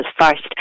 first